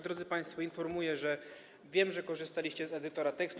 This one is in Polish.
Drodzy państwo, informuję, że wiem, że korzystaliście z edytora tekstu.